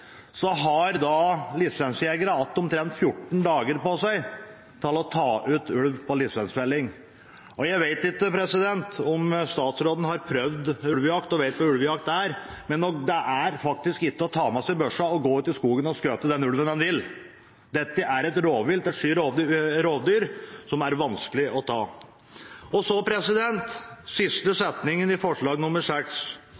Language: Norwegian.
så skal behandles i Stortinget, har lisensjegerne om lag 14 dager på seg til å ta ut ulv på lisensfelling. Jeg vet ikke om statsråden har prøvd ulvejakt og vet hva ulvejakt er, men det er faktisk ikke å ta med seg børsa og gå ut i skogen og skyte den ulven en vil. Dette er et rovdyr som er vanskelig å ta. I den siste